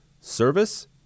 Service